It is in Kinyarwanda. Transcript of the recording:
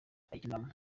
ayikinamo